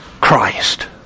Christ